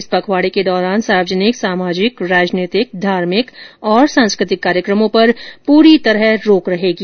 इस पखवाडे के दौरान सार्वजनिक सामाजिक राजनीतिक धार्मिक और सांस्कृतिक कार्यक्रमों पर प्रर्णतया रोक रहेगी